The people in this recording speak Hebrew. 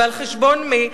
ועל חשבון מי?